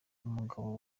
umugabo